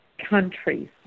countries